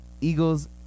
Eagles